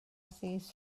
ddydd